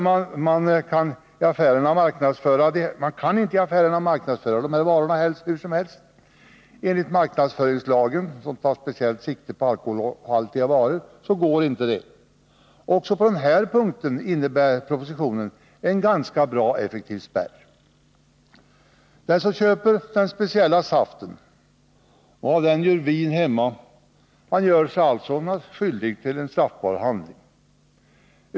Man kan inte i affärerna marknadsföra de här varorna hur som helst enligt marknadsföringslagen, som tar speciellt sikte på alkoholhaltiga varor. Också på den punkten innebär propositionen en ganska effektiv spärr. Den som köper den speciella saften och av den gör vin hemma gör sig alltså skyldig till en straffbar handling.